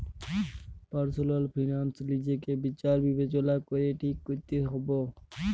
personal finance লিজকে বিচার বিবচলা ক্যরে ঠিক ক্যরতে হুব্যে